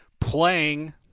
playing